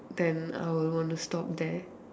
then I will want to stop there